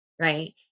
right